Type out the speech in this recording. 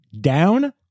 Down